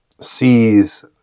sees